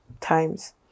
times